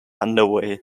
underway